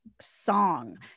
Song